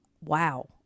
wow